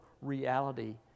reality